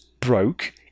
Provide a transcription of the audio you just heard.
broke